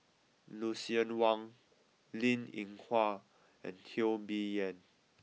Lucien Wang Linn In Hua and Teo Bee Yen